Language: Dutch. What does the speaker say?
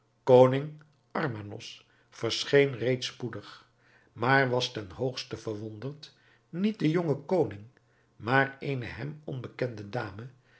koning armanos verscheen reeds spoedig maar was ten hoogste verwonderd niet den jongen koning maar eene hem onbekende dame